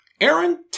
Aaron